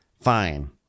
fine